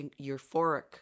euphoric